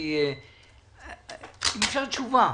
אני מבקש תשובה,